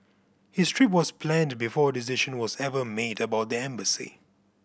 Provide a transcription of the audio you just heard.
his trip was planned before a decision was ever made about the embassy